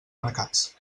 mercats